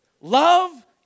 Love